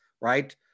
right